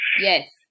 Yes